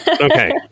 Okay